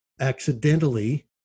accidentally